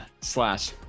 slash